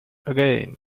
again